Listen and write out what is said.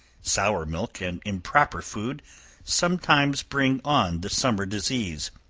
sour milk and improper food sometimes bring on the summer disease,